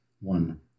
one